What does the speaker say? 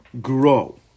grow